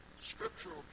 scriptural